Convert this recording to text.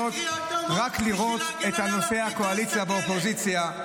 רק לראות את נושא הקואליציה והאופוזיציה.